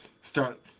start